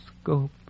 Scope